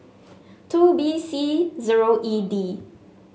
two B C zero E D